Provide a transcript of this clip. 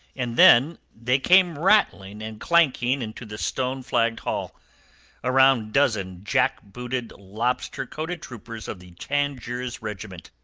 and then they came rattling and clanking into the stone-flagged hall a round dozen jack-booted, lobster-coated troopers of the tangiers regiment,